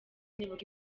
nibuka